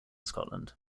scotland